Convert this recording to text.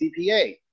CPA